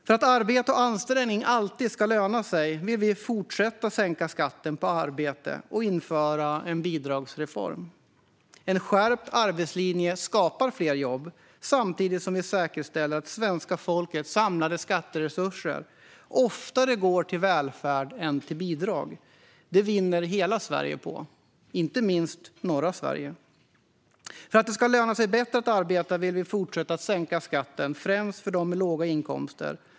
För att arbete och ansträngning alltid ska löna sig vill vi fortsätta att sänka skatten på arbete och införa en bidragsreform. En skärpt arbetslinje skapar fler jobb samtidigt som vi säkerställer att svenska folkets samlade skatteresurser oftare går till välfärd än till bidrag. Det vinner hela Sverige på, inte minst norra Sverige. För att det ska löna sig bättre att arbeta vill vi fortsätta att sänka skatten främst för dem med låga inkomster.